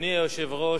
אדוני היושב-ראש,